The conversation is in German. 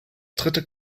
dritte